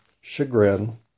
chagrin